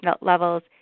levels